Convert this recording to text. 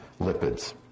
lipids